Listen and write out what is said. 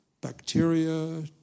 bacteria